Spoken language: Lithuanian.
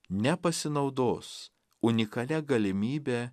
nepasinaudos unikalia galimybe